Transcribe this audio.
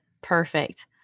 Perfect